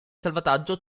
salvataggio